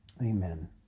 Amen